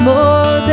more